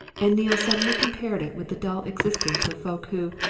and neale suddenly compared it with the dull existence of folk who,